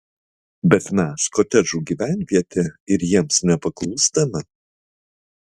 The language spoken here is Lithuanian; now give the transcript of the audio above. bet mes kotedžų gyvenvietė ir jiems nepaklūstame